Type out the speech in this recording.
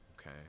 okay